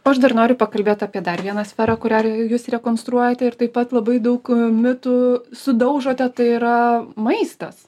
aš dar noriu pakalbėt apie dar vieną sferą kurią jūs rekonstruojate ir taip pat labai daug mitų sudaužote tai yra maistas